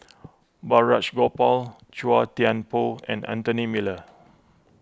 Balraj Gopal Chua Thian Poh and Anthony Miller